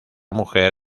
mujer